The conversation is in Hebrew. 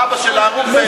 באבא של ההרוג מיאנוח-ג'ת,